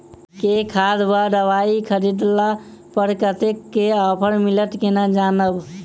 केँ खाद वा दवाई खरीदला पर कतेक केँ ऑफर मिलत केना जानब?